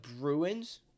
Bruins